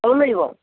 ସବୁ ମିଳିବ